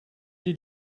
did